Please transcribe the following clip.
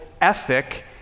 ethic